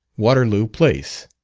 waterloo place.